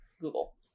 Google